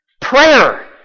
Prayer